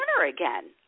again